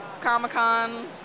Comic-Con